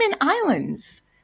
Islands